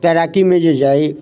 तैराकीमे जे जाइ